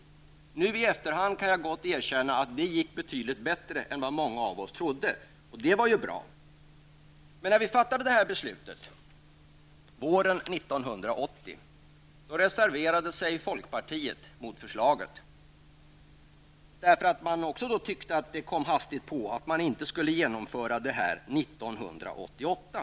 Så här i efterhand kan jag erkänna att det gick betydligt bättre än vad många, och jag var en av dessa, hade väntat sig. Och det var ju bra. När vi fattade beslutet i frågan våren 1980 reserverade sig folkpartiet mot förslaget. Man tyckte att det kom hastigt på och att det här inte skulle genomföras 1988.